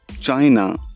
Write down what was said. china